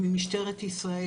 ממשטרת ישראל,